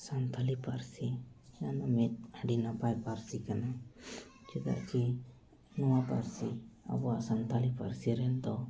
ᱥᱟᱱᱛᱟᱞᱤ ᱯᱟᱹᱨᱥᱤ ᱢᱤᱫᱴᱟᱝ ᱫᱚ ᱢᱤᱫ ᱟᱹᱰᱤ ᱱᱟᱯᱟᱭ ᱯᱟᱹᱨᱥᱤ ᱠᱟᱱᱟ ᱪᱮᱫᱟᱜ ᱠᱤ ᱱᱚᱣᱟ ᱯᱟᱹᱨᱥᱤ ᱟᱵᱚᱣᱟᱜ ᱥᱟᱱᱛᱟᱞᱤ ᱯᱟᱹᱨᱥᱤ ᱨᱮᱱ ᱫᱚ